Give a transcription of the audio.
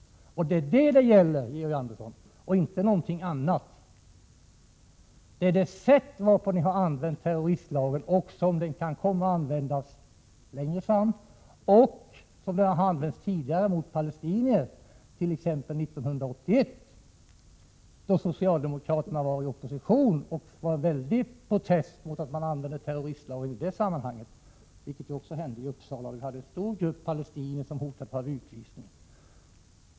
Och det är detta som gäller, Georg Andersson, inte någonting annat! Det gäller det sätt varpå ni har använt terroristlagen och som den kan komma att användas längre fram. Tidigare har den använts så mot palestinier, t.ex. 1981, då socialdemokraterna var i opposition. Det blev en väldig protest mot att terroristlagen användes i det sammanhanget, vilket också hände i Uppsala. En stor grupp palestinier hotades av utvisning.